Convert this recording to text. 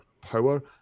power